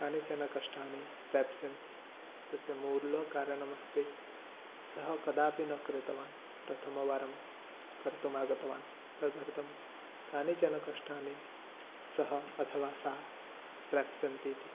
कानिचन कष्टानि प्राप्स्यन्ते तस्य मूलकारणमस्ति सः कदापि न कृतवान् प्रथमवारं कर्तुम् आगतवान् तदर्थं कानिचन कष्टानि सः अथवा सा प्राप्स्यन्ते इति